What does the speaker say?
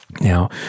Now